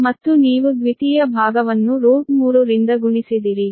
ಮತ್ತು ನೀವು ದ್ವಿತೀಯ ಭಾಗವನ್ನು ರಿಂದ ಗುಣಿಸಿದಿರಿ